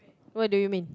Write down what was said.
what do you mean